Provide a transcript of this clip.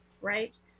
right